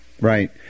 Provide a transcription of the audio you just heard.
right